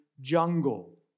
jungle